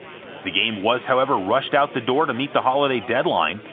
the game was however rushed out the door to meet the holiday deadline,